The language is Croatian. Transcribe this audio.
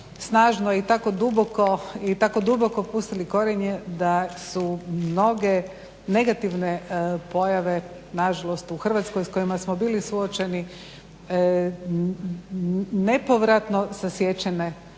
i tako duboko pustili korijene da su mnoge negative pojave nažalost u Hrvatskoj s kojima smo bili suočeni nepovratno sasječene rekla